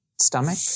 Stomach